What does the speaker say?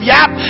Yap